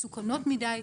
מסוכנות מדי,